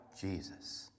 Jesus